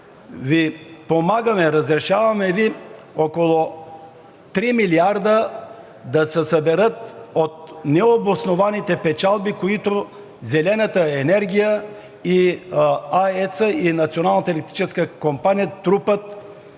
Ви помагаме, разрешаваме около 3 милиарда да се съберат от необоснованите печалби, които зелената енергия и АЕЦ-а, и Националната електрическа компания трупат